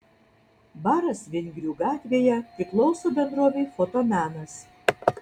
baras vingrių gatvėje priklauso bendrovei fotomenas